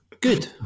good